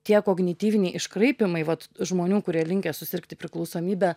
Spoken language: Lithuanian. tie kognityviniai iškraipymai vat žmonių kurie linkę susirgti priklausomybe